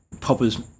Popper's